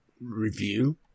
review